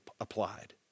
applied